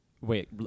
Wait